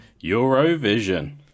Eurovision